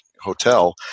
hotel